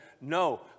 no